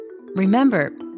Remember